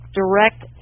direct